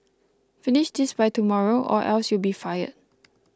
finish this by tomorrow or else you'll be fired